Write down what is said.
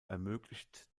ermöglicht